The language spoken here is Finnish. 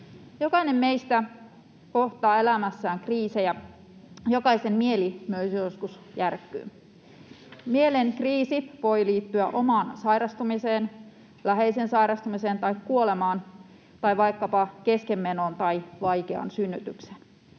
Jokainen meistä kohtaa elämässään kriisejä, ja jokaisen mieli myös joskus järkkyy. Mielen kriisi voi liittyä omaan sairastumiseen, läheisen sairastumiseen tai kuolemaan tai vaikkapa keskenmenoon tai vaikeaan synnytykseen.